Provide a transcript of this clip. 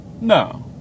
No